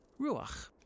ruach